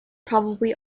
probably